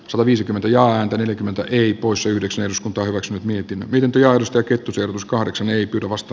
salo viisikymmentä ja yli kymmentä ei poissa yhdeksän eduskunta hyväksynyt mietin miten työ alusta kettusen us kahdeksan ei pidä vasta